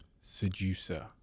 seducer